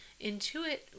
intuit